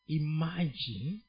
imagine